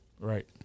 Right